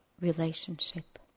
relationship